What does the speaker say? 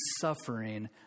suffering